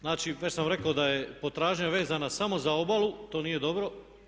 Znači, već sam rekao da je potražnja vezana samo za obalu, to nije dobro.